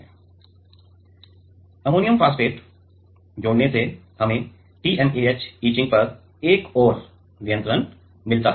ammonium phosphate ammonium phosphate जोड़ने से हमें TMAH इचिंग पर एक और नियंत्रण मिलता है